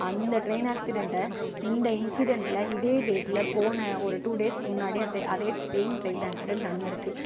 அந்த ட்ரெயின் ஆக்ஸிடெண்ட்டை இந்த இன்ஸிடெண்ட்ல இதே டேட்ல போன ஒரு டூ டேஸ்க்கு முன்னாடி அதே அதே சேம் ட்ரெயின் ஆக்ஸிடெண்ட் நடந்திருக்கு